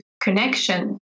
connection